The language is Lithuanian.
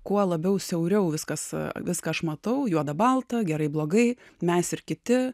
kuo labiau siauriau viskas viską aš matau juodą baltą gerai blogai mes ir kiti